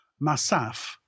Masaf